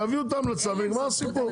יביאו את ההמלצה ונגמר הסיפור.